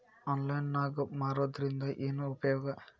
Online ನಾಗ್ ಮಾರೋದ್ರಿಂದ ಏನು ಉಪಯೋಗ?